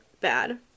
bad